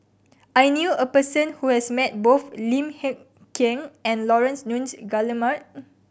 I knew a person who has met both Lim Hng Kiang and Laurence Nunns Guillemard